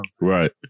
Right